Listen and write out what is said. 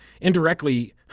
indirectly